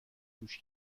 گوش